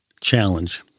challenge